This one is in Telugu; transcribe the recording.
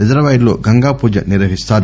రిజర్వాయర్లో గంగా పూజ నిర్వహిస్తారు